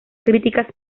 críticas